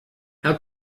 how